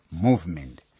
movement